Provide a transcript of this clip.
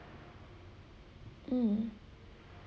mm